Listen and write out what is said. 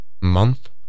month